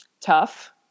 tough